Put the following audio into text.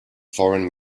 foreign